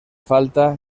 falta